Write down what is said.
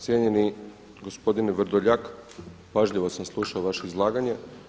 Cijenjeni gospodine Vrdoljak, pažljivo sam slušao vaše izlaganje.